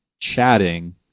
chatting